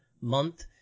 month